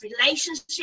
relationship